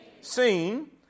seen